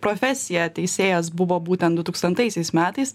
profesija teisėjas buvo būtent du tūkstantaisiais metais